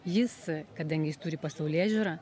jis kadangi jis turi pasaulėžiūrą